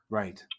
right